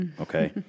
Okay